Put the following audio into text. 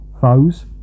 foes